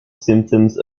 symptoms